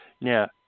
now